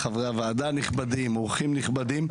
חברי הוועדה נכבדים ואורחים נכבדים.